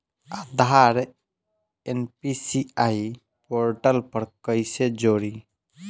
आधार NPCI portal पर कईसे जोड़ी?